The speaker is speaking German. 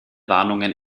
warnungen